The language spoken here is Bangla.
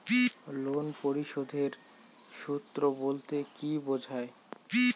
লোন পরিশোধের সূএ বলতে কি বোঝায়?